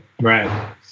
right